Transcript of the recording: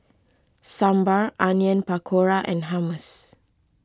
Sambar Onion Pakora and Hummus